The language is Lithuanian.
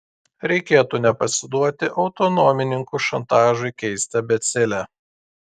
reikėtų nepasiduoti autonomininkų šantažui keisti abėcėlę